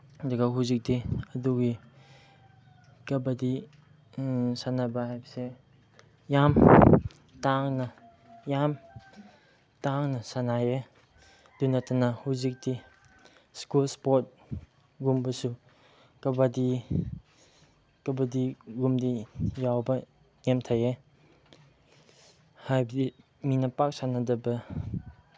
ꯑꯗꯨꯒ ꯍꯧꯖꯤꯛꯇꯤ ꯑꯗꯨꯒꯤ ꯀꯕꯥꯗꯤ ꯁꯥꯟꯅꯕ ꯍꯥꯏꯕꯁꯦ ꯌꯥꯝ ꯇꯥꯡꯅ ꯌꯥꯝ ꯇꯥꯡꯅ ꯁꯥꯟꯅꯩꯌꯦ ꯑꯗꯨ ꯅꯠꯇꯅ ꯍꯧꯖꯤꯛꯇꯤ ꯁ꯭ꯀꯨꯜ ꯏꯁꯄꯣꯔꯠꯒꯨꯝꯕꯁꯨ ꯀꯕꯥꯗꯤ ꯀꯕꯥꯗꯤꯒꯨꯝꯗꯤ ꯌꯥꯎꯕ ꯅꯦꯝꯊꯩꯌꯦ ꯍꯥꯏꯕꯗꯤ ꯃꯤꯅ ꯄꯥꯛ ꯁꯥꯟꯅꯗꯕ